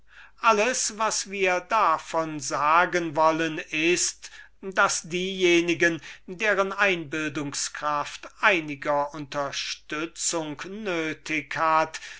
alles was wir davon sagen wollen ist daß diejenigen deren einbildungskraft einiger unterstützung nötig hat